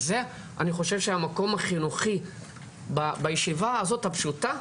וזה אני חושב שהמקום החינוכי בישיבה הזאת הפשוטה,